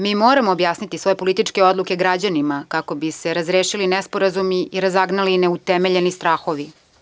Mi moramo objasniti svoje političke odluke građanima kako bi se razrešili nesporazumi i razagnali ne utemeljeni strahovi.